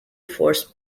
force